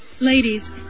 ladies